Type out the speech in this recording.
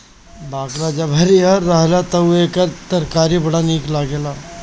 बकला जब हरिहर रहेला तअ एकर तरकारी बड़ा निक लागेला